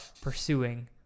pursuing